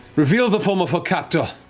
reveal the form of her captor.